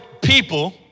people